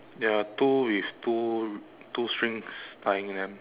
there are two with two two strings tying them